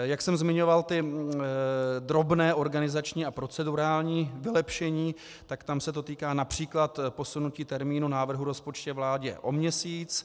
Jak jsem zmiňoval drobná organizační a procedurální vylepšení, tak tam se to týká například posunutí termínu návrhu rozpočtu vládě o měsíc.